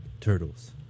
turtles